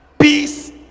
peace